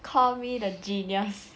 call me the genius